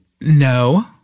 no